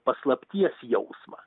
paslapties jausmą